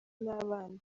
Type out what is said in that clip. n’abana